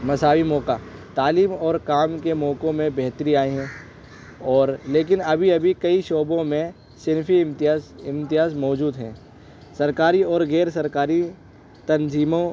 مساعی موقع تعلیم اور کام کے موقعوں میں بہتری آئی ہے لیکن ابھی ابھی کئی شعبوں میں صنفی امتیاز امتیاز موجود ہیں سرکاری اور غیر سرکاری تنظیموں